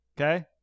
Okay